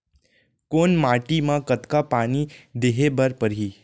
कोन माटी म कतका पानी देहे बर परहि?